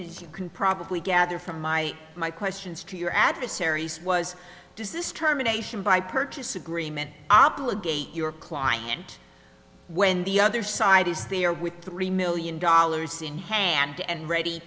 is you can probably gather from my my questions to your adversary's was does this terminations by purchase agreement obligate your client when the other side is there with three million dollars in hand and ready